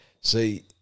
see